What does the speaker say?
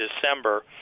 December